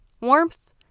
warmth